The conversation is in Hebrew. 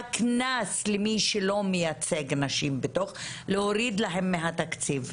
קנס למי שלא מייצג נשים להוריד להם מהתקציב.